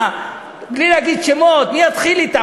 בלי להגיד שמות, מי יתחיל אתם?